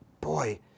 boy